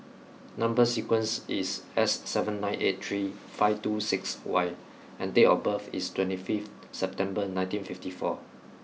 number sequence is S seven nine eight three five two six Y and date of birth is twenty five September nineteen fifty four